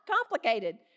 complicated